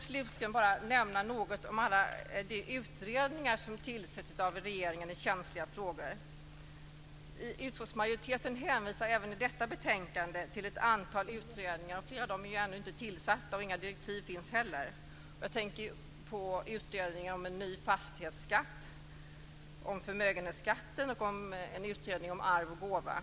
Slutligen vill jag nämna något om alla de utredningar som tillsätts av regeringen i känsliga frågor. Utskottsmajoriteten hänvisar även i detta betänkande till ett antal utredningar varav flera ännu inte är tillsatta, och det finns inte heller några direktiv. Jag tänker då på utredningen om en ny fastighetsskatt, utredningen om förmögenhetsskatten och utredningen om arvs och gåvoskatt.